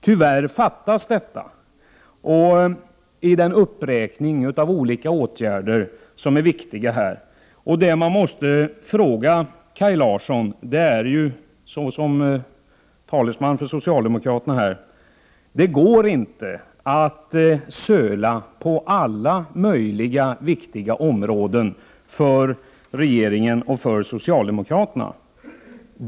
Tyvärr fattas detta i den uppräkning av olika åtgärder som är viktiga här. Det man måste betona för Kaj Larsson såsom talesman för socialdemokraterna är: Det går inte att söla på alla möjliga viktiga områden för regeringen och socialdemokraterna.